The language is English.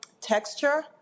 texture